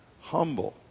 humble